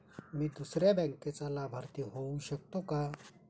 मी दुसऱ्या बँकेचा लाभार्थी होऊ शकतो का?